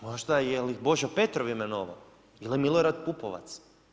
Možda jel' ih Božo Petrov imenovao ili Milorad Pupovac?